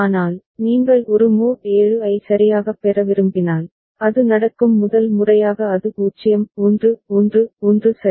ஆனால் நீங்கள் ஒரு மோட் 7 ஐ சரியாகப் பெற விரும்பினால் அது நடக்கும் முதல் முறையாக அது 0 1 1 1 சரி